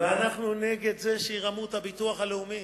אנחנו נגד זה שירמו את הביטוח הלאומי,